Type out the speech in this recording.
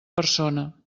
persona